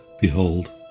behold